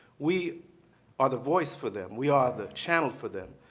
we are the voice for them. we are the channel for them.